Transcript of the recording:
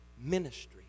ministry